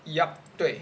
yup 对